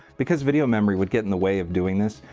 because video memory would get in the way of doing this,